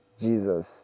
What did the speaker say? Jesus